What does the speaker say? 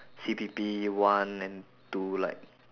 C_P_P one and two like